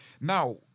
Now